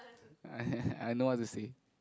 I I know what to say